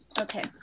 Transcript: Okay